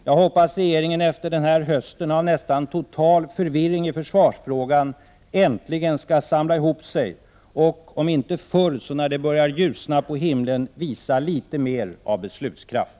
Jag hoppas regeringen efter denna höst av nästan total förvirring i försvarsfrågan äntligen skall samla ihop sig och, om inte förr så när det börjar ljusna på himmelen, visa litet mer av beslutskraft.